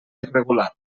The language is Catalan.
irregular